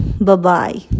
bye-bye